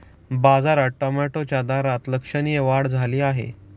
बाजारात टोमॅटोच्या दरात लक्षणीय वाढ झाली आहे